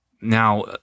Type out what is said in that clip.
now